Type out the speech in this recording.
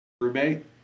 roommate